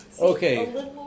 okay